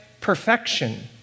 perfection